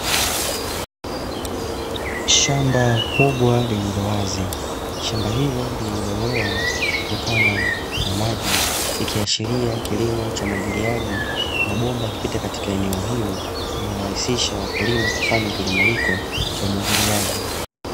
Shamba kubwa lililo wazi. Shamba hilo limejaa maji likiashiria kilimo cha umwagiliaji na mabonde yakipita katika eneo hilo, kinarahisisha wakulima kufanya kilimo hicho cha umwagiliaji.